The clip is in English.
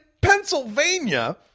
Pennsylvania